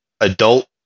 adult